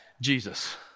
Jesus